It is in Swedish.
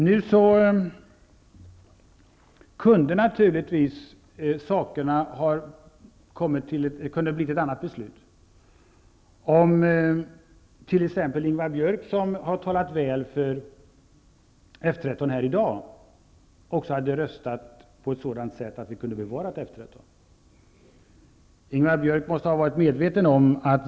Det kunde naturligtvis ha blivit ett annat beslut, om t.ex. Ingvar Björk, som har talat väl för F 13 här i dag, också hade röstat på ett sådant sätt att vi kunde ha bevarat F 13.